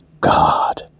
God